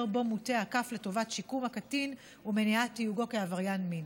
שבו מוטה הכף לטובת שיקום הקטין ומניעת תיוגו כעבריין מין.